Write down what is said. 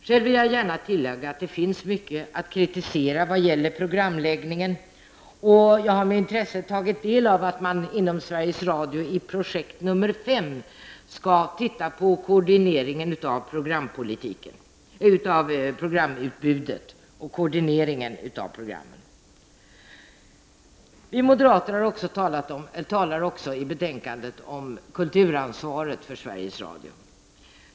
Själv vill jag gärna tillägga att det finns mycket att kritisera vad gäller programuppläggningen, och jag har med intresse tagit del av att man inom Sveriges Radio i Projekt 5 skall se på koordineringen av programutbudet. Vi moderater tar också i en reservation till betänkandet upp frågan om Sveriges Radios kulturansvar.